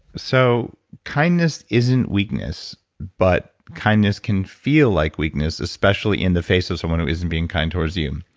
so kindness isn't weakness, but kindness can feel like weakness, especially in the face of someone who isn't being kind towards you.